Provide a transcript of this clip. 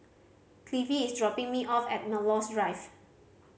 Cliffie is dropping me off at Melrose Drive